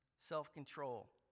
self-control